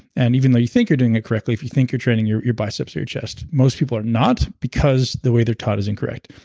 and even though you think you're doing it correctly if you think you're training your your biceps or your chest, most people are not because the way they're taught is incorrect.